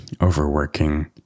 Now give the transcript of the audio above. overworking